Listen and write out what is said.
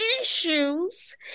issues